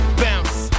bounce